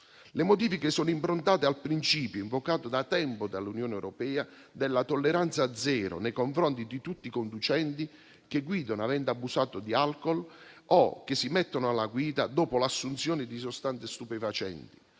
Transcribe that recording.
Le modifiche sono improntate al principio, invocato da tempo dall'Unione europea, della tolleranza zero nei confronti di tutti i conducenti che guidano avendo abusato di alcol o che si mettono alla guida dopo l'assunzione di sostanze stupefacenti: